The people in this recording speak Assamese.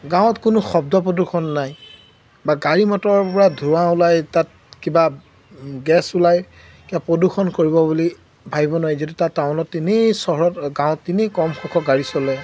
গাঁৱত কোনো শব্দ প্ৰদূষণ নাই বা গাড়ী মটৰৰপৰা ধোৱা ওলাই তাত কিবা গেছ ওলাই কিবা প্ৰদূষণ কৰিব বুলি ভাবিব নোৱাৰি যিহেতু তাত টাউনত তেনেই চহৰত গাঁৱত তেনেই কম সংখ্যক গাড়ী চলে